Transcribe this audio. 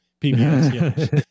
PBS